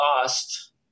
lost